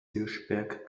hirschberg